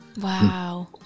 Wow